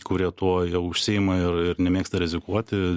kurie tuo užsiima ir ir nemėgsta rizikuoti